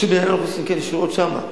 כן, ישירות שם.